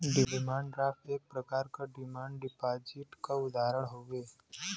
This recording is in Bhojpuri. डिमांड ड्राफ्ट एक प्रकार क डिमांड डिपाजिट क उदाहरण हउवे